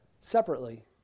separately